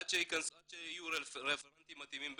עד שיהיו רפרנטים מתאימים במל"ג,